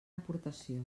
aportació